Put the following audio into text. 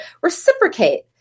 reciprocate